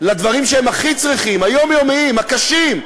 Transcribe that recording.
לדברים שהם הכי צריכים, היומיומיים, הקשים,